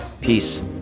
Peace